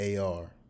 AR